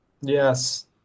Yes